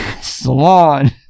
Salon